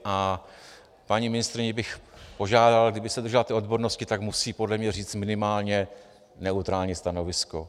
A paní ministryni bych požádal, kdyby se držela té odbornosti, tak musí podle mě říci minimálně neutrální stanovisko.